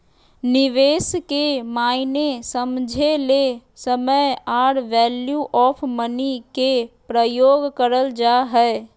निवेश के मायने समझे ले समय आर वैल्यू ऑफ़ मनी के प्रयोग करल जा हय